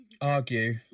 argue